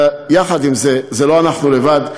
זה לא אנחנו לבד,